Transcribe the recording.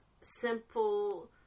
simple